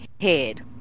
head